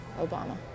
Obama